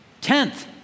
Tenth